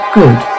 good